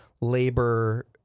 labor